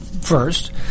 first